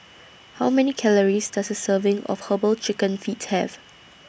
How Many Calories Does A Serving of Herbal Chicken Feet Have